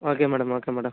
okay madam okay madam